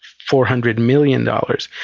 four hundred million dollars,